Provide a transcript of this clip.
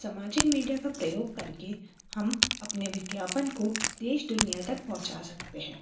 सामाजिक मीडिया का प्रयोग करके हम अपने विज्ञापन को देश दुनिया तक पहुँचा सकते हैं